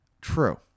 True